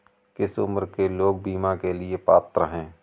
किस उम्र के लोग बीमा के लिए पात्र हैं?